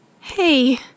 Hey